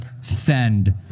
Send